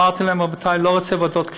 אמרתי להם: רבותי, כבר לא רוצה ועדות,